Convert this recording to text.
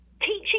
teaching